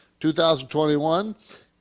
2021